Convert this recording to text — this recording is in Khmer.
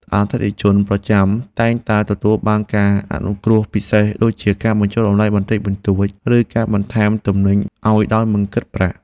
អតិថិជនប្រចាំតែងតែទទួលបានការអនុគ្រោះពិសេសដូចជាការបញ្ចុះតម្លៃបន្តិចបន្តួច ឬការបន្ថែមទំនិញឱ្យដោយមិនគិតប្រាក់។